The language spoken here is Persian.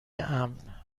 امن